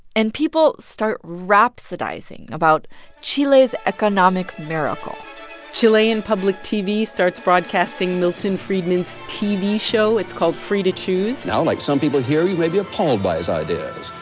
and people start rhapsodizing about chile's economic miracle chilean public tv starts broadcasting milton friedman's tv show. it's called free to choose. now, like some people here, you may be appalled by his ideas.